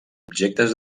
objectes